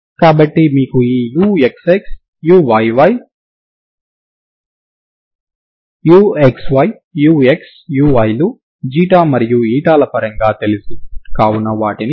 దీనిని మీరు 0x ctg sds గా లెక్కించవచ్చు మరియు ఇప్పుడు మీరు ss1 గా పెడితే dsds1 అవుతుంది మరియు ఇది 0ct xgs1ds1 అవుతుంది